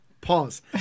Pause